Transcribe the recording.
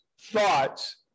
thoughts